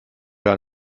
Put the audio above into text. gar